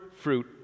fruit